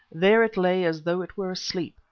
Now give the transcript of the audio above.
there it lay as though it were asleep,